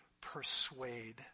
persuade